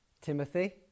timothy